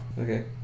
Okay